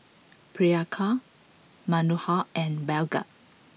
Priyanka Manohar and Bhagat